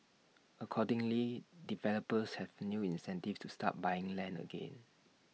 accordingly developers have A new incentive to start buying land again